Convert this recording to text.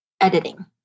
editing